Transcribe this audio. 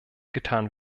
getan